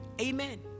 amen